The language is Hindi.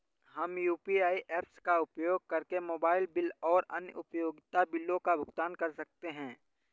हम यू.पी.आई ऐप्स का उपयोग करके मोबाइल बिल और अन्य उपयोगिता बिलों का भुगतान कर सकते हैं